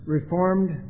Reformed